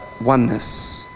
oneness